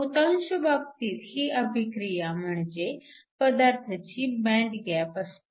बहुतांश बाबतीत ही अभिक्रिया म्हणजे पदार्थाची बँड गॅप असते